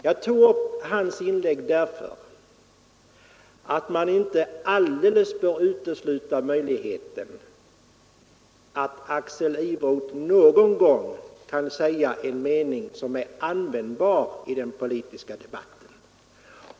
Jag tog upp hans inlägg därför att man inte alldeles bör utesluta möjligheten av att Axel Iveroth någon gång kan säga en mening som är användbar i den politiska debatten.